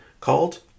called